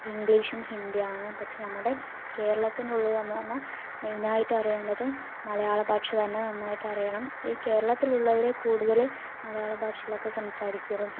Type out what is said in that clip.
ഇംഗ്ലീഷും ഹിന്ദിയാണ് പക്ഷേ നമ്മുടെ കേരളത്തിൻറ്റെ ഉള്ളിൽ എന്നു പറഞ്ഞാൽ മെയിനായിട്ട് അറിയേണ്ടത് മലയാളഭാഷ തന്നെ നന്നായിട്ടറിയണം ഈ കേരളത്തിലുള്ളവരെ കൂടുതല് മലയാള ഭാഷകളൊക്കെ സംസാരിക്കൂള്ളൂ